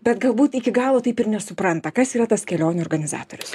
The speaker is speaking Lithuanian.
bet galbūt iki galo taip ir nesupranta kas yra tas kelionių organizatorius